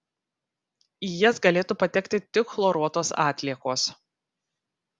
į jas galėtų patekti tik chloruotos atliekos